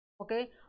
Okay